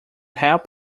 help